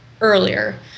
earlier